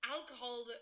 alcohol